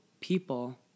people